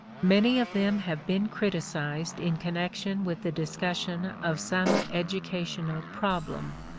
many of them have been criticized in connection with the discussion of some educational problem.